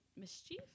Mischief